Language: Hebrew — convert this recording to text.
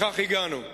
לכך הגענו.